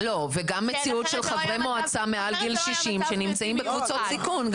גם מציאות של חברי מועצה מעל גיל 60 שהם בקבוצות סיכון.